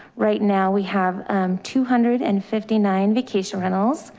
right now we have two hundred and fifty nine vacation rentals,